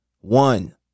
One